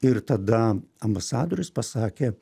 ir tada ambasadorius pasakė